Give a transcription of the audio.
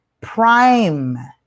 Prime